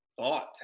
thought